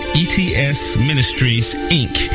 etsministriesinc